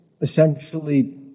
essentially